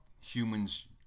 Humans